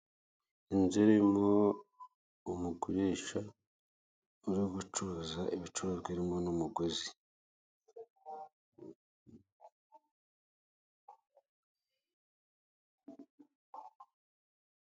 Inzu irimo umukoresha uri gucuruza ibicuruzwa irimo n'umuguzi.